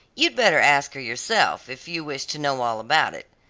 you'd better ask her yourself, if you wish to know all about it,